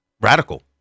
radical